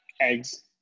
Eggs